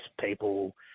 people